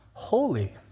Holy